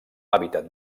hàbitat